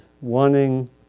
wanting